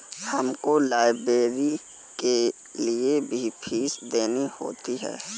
हमको लाइब्रेरी के लिए भी फीस देनी होती है